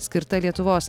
skirta lietuvos